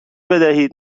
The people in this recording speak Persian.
بدهید